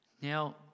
Now